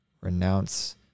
renounce